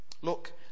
look